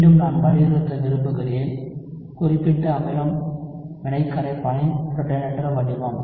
மீண்டும் நான் வலியுறுத்த விரும்புகிறேன் குறிப்பிட்ட அமிலம் வினை கரைப்பானின் புரோட்டானேற்ற வடிவம்